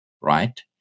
right